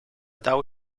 dał